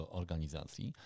organizacji